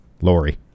Lori